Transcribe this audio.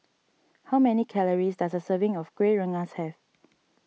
how many calories does a serving of Kueh Rengas have